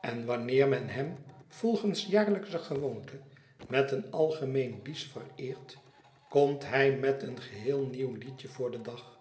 en wanneer men hem volgens jaarlijksche gewoonte met een algerneen bis vereert komt hij met een geheel nieuw liedje voor den dag